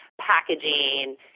packaging